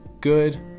Good